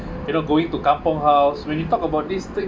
you know going to kampung house when we talk about this thing